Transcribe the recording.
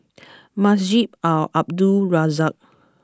Masjid Al Abdul Razak